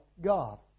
God